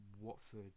Watford